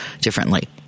differently